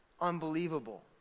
Unbelievable